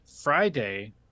friday